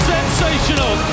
Sensational